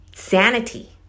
Sanity